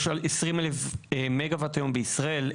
יש 20,000 מגה-וואט היום בישראל.